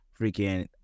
freaking